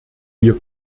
wir